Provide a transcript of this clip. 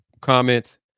comments